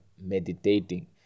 meditating